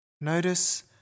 Notice